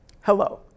Hello